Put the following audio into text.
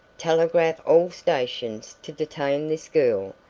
telegraph all stations to detain this girl,